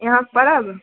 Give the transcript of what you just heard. एहै पर्ब